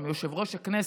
יושב-ראש הכנסת,